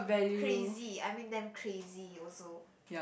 crazy I make them crazy also